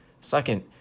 Second